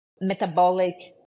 metabolic